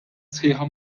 sħiħa